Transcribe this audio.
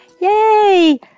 Yay